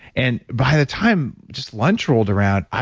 and by the time just lunch rolled around,